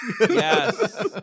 Yes